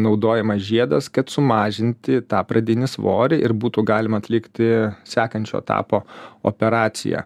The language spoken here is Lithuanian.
naudojamas žiedas kad sumažinti tą pradinį svorį ir būtų galima atlikti sekančio etapo operaciją